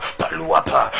paluapa